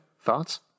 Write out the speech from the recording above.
thoughts